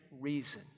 reason